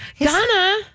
Donna